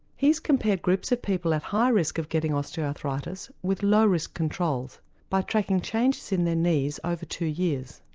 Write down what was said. he's compared groups of people at high risk of getting osteoarthritis with low risk controls by tracking changes in their knees over two years.